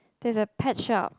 there's a pet shop